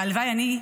הלוואי שאני,